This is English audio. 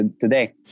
today